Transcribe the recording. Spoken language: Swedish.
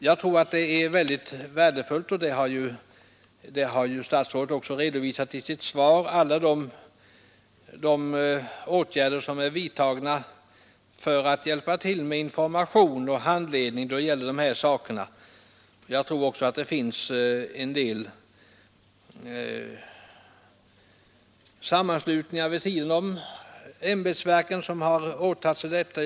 Jag tror att de åtgärder som är vidtagna — som statsrådet också har redovisat i sitt svar — för att man skall kunna ge information och hjälpa till med handledning när det gäller dessa saker är mycket värdefulla. Det finns också en del sammanslutningar som vid sidan om ämbetsverken har åtagit sig sådant informationsarbete.